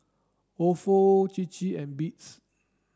Ofo Chir Chir and Beats